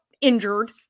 injured